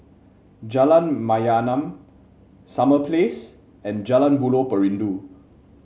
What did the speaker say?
Jalan Mayaanam Summer Place and Jalan Buloh Perindu